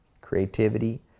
Creativity